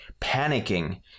panicking